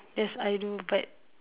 yes I do but